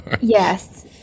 Yes